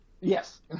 Yes